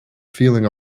feeling